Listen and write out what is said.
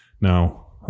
Now